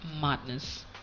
madness